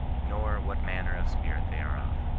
nor what manner of spirit they are of.